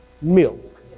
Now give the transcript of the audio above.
milk